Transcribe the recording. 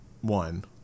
one